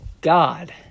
God